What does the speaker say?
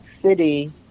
City